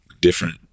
different